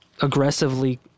aggressively